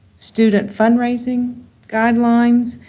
student fundraising guidelines,